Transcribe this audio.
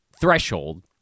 threshold